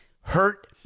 hurt